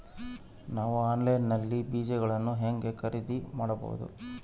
ನಾವು ಆನ್ಲೈನ್ ನಲ್ಲಿ ಬೇಜಗಳನ್ನು ಹೆಂಗ ಖರೇದಿ ಮಾಡಬಹುದು?